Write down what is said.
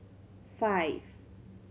five